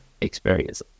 experience